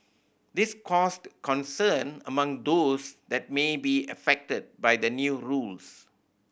this caused concern among those that may be affected by the new rules